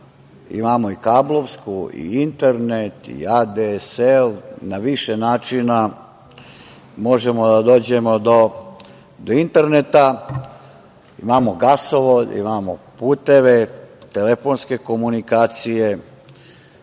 imamo i kablovsku i internet i ADSL, na više načina možemo da dođemo do interneta. Imamo gasovod, imamo puteve, telefonske komunikacije,